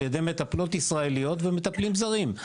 על ידי מטפלות ישראליות ומטפלים זרים.